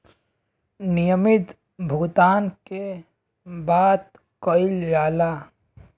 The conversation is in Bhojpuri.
नियमित भुगतान के बात कइल जाला